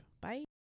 Bye